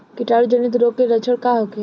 कीटाणु जनित रोग के लक्षण का होखे?